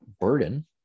burden